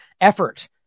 effort